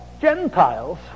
Gentiles